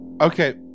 Okay